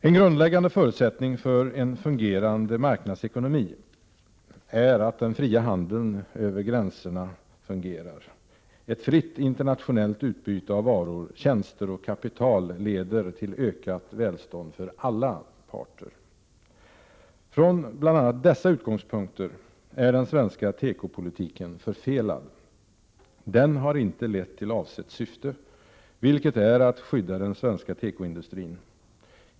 En grundläggande förutsättning för en fungerande marknadsekonomi är den fria handeln över gränserna. Ett fritt internationellt utbyte av varor, tjänster och kapital leder till ökat välstånd för alla parter. Från bl.a. dessa utgångspunkter är den svenska tekopolitiken förfelad. Den har inte lett till avsett syfte, vilket är att skydda den svenska tekoindustrin.